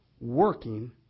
working